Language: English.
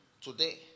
today